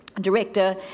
Director